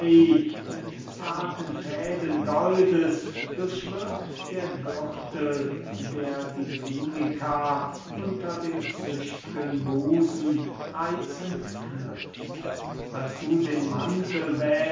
mit zarten fäden goldes durchwirkt der gürtel der die tunica unter dem zücht'gen busen reizend knüpft dazu den mantel